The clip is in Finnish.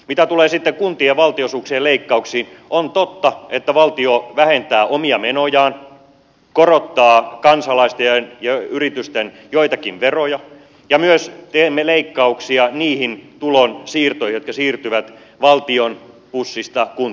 mitä tulee sitten kuntien valtionosuuksien leikkauksiin on totta että valtio vähentää omia menojaan korottaa kansalaisten ja yritysten joitakin veroja ja myös teemme leikkauksia niihin tulonsiirtoihin jotka siirtyvät valtion pussista kuntien pussiin